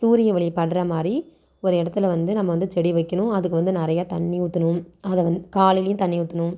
சூரிய ஒளி படுற மாதிரி ஒரு இடத்துல வந்து நம்ம வந்து செடி வைக்கணும் அதுக்கு வந்து நிறைய தண்ணி ஊற்றணும் அதைவந்து காலையிலேயும் தண்ணி ஊற்றணும்